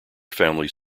families